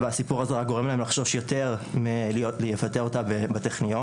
והסיפור הזה גורם להם לחשוש יותר לבטא אותה בטכניון.